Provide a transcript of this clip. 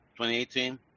2018